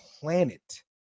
planet